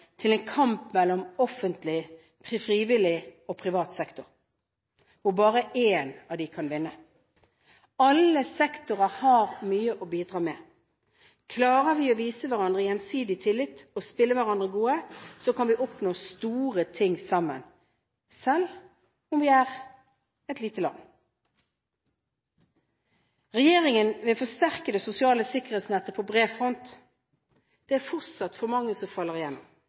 til en kamp mellom offentlig, frivillig og privat sektor, hvor bare en av dem kan vinne. Alle sektorer har mye å bidra med. Klarer vi å vise hverandre gjensidig tillit og spille hverandre gode, kan vi oppnå store ting sammen – selv om vi er et lite land. Regjeringen vil forsterke det sosiale sikkerhetsnettet på bred front. Det er fortsatt for mange som faller igjennom.